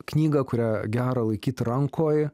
knygą kurią gera laikyt rankoj